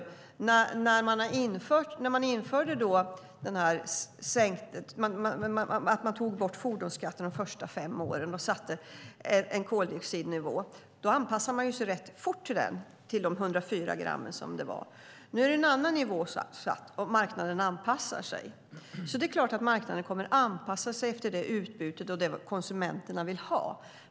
När man tog bort fordonsskatten de första fem åren och satte en koldioxidnivå, då anpassade sig marknaden rätt fort till de 104 gram som det var. Nu är det en annan nivå satt, och marknaden anpassar sig. Det är klart att marknaden kommer att anpassa sig efter vad konsumenterna vill ha.